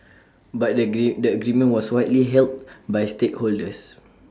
but the agreement the was widely hailed by stakeholders